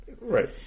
Right